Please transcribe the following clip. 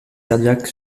cardiaque